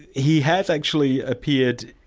he has actually appeared,